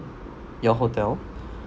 your hotel